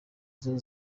izo